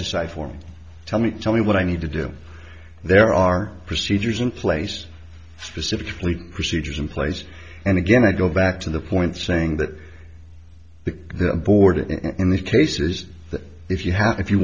decide for me tell me tell me what i need to do there are procedures in place specifically procedures in place and again i go back to the point saying that the border in this case is that if you have if you